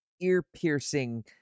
ear-piercing